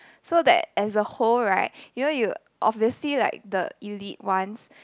so that as a whole right you know you obviously like the elite ones